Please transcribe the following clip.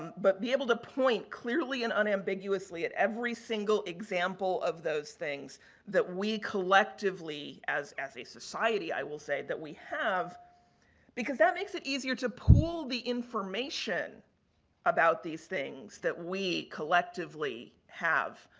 but, be able to point clearly and unambiguously at every single example of those things that we, collectively, as as a society, i will say, that we have because that makes it easier to pull the information about these things that we, collectively, have.